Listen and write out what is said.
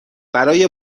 برای